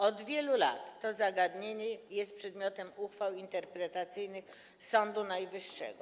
Od wielu lat to zagadnienie jest przedmiotem uchwał interpretacyjnych Sądu Najwyższego.